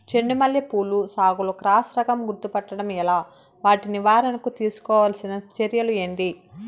చెండు మల్లి పూల సాగులో క్రాస్ రకం గుర్తుపట్టడం ఎలా? వాటి నివారణకు తీసుకోవాల్సిన చర్యలు ఏంటి?